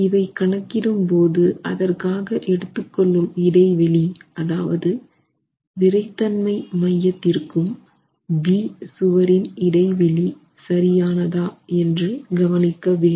இவை கணக்கிடும் போது அதற்காக எடுத்துக்கொள்ளும் இடைவெளி அதாவது விறைத்தன்மை மையத்திற்கும் B சுவரின் இடைவெளி சரியானதா என்று கவனமாக இருக்கவேண்டும்